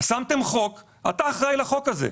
שמתם חוק, אתה אחראי על החוק הזה.